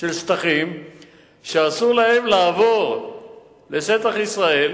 של השטחים שאסור להם לעבור לשטח ישראל,